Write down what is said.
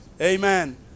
Amen